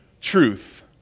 truth